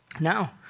Now